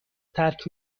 ترک